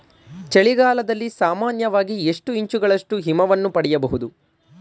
ಚಳಿಗಾಲದಲ್ಲಿ ಸಾಮಾನ್ಯವಾಗಿ ಎಷ್ಟು ಇಂಚುಗಳಷ್ಟು ಹಿಮವನ್ನು ಪಡೆಯಬಹುದು?